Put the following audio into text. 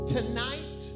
Tonight